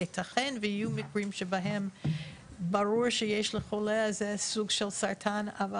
ייתכן ויהיו מקרים שבהם ברור שיש לחולה הזה סוג של סרטן אבל